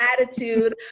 attitude